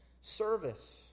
service